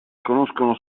conoscono